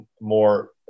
more